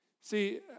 See